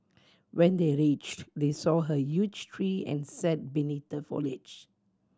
when they reached they saw huge tree and sat beneath the foliage